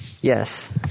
Yes